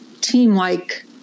team-like